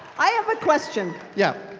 i have a question. yeah.